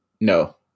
no